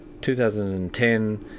2010